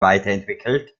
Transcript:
weiterentwickelt